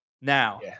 now